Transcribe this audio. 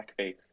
blackface